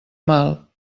mal